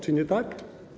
Czy nie tak?